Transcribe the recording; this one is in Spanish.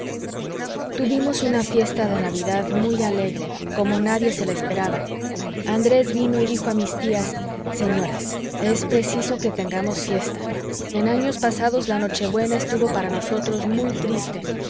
tuvimos una fiesta de navidad muy alegre como nadie se la esperaba andrés vino y dijo a mis tías señoras es preciso que tengamos fiesta en años pasados la noche buena estuvo para nosotros muy triste